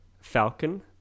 Falcon